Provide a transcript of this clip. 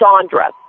Sandra